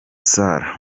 sala